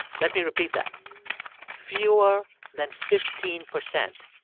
let me repeat that fewer than fifteen percent.